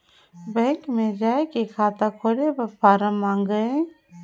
Bank मे जाय के खाता खोले बर फारम मंगाय?